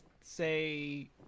say